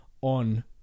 on